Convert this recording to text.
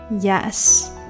Yes